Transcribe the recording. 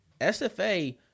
SFA